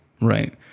Right